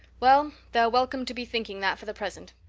well they're welcome to be thinking that for the present.